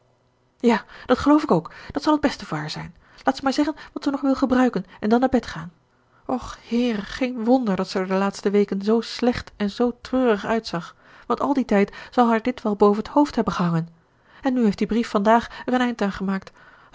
ja dat geloof ik ook dat zal t beste voor haar zijn laat ze maar zeggen wat ze nog wil gebruiken en dan naar bed gaan och heere geen wonder dat ze er de laatste weken zoo slecht en zoo treurig uitzag want al dien tijd zal haar dit wel boven t hoofd hebben gehangen en nu heeft die brief vandaag er een eind aan gemaakt